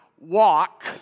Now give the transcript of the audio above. walk